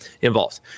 involved